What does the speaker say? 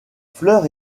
fleur